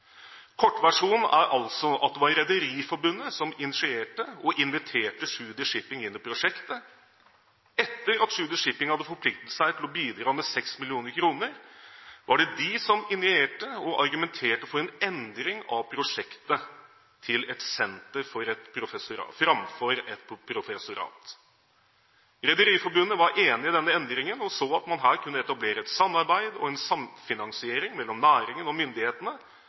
«Kortversjonen er altså at det var Rederiforbundet som initierte og inviterte Tschudi Shipping inn i prosjektet. Etter at Tschudi Shipping hadde forpliktet seg til å bidra med 6 mill. kr, var det de som initierte og argumenterte for en endring av prosjektet til et senter fremfor et professorat. Rederiforbundet var enig i denne endringen og så at man her kunne etablere et samarbeid og en samfinansiering mellom næringen og myndighetene